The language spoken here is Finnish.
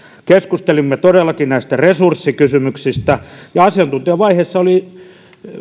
keskustelimme todellakin näistä resurssikysymyksistä asiantuntijavaiheessa oli